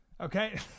okay